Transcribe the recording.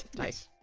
nice